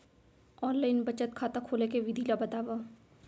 Online बचत खाता खोले के विधि ला बतावव?